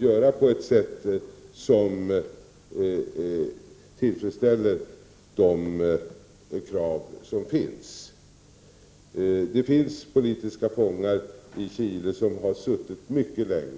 genomföra frigivningen på ett sätt som tillfredsställer kraven. Det finns politiska fångar i Chile som har suttit mycket länge.